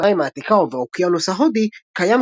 מצרים העתיקה ובאוקיינוס ההודי קיים